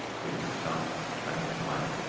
being of sound financial mind.